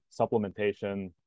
Supplementation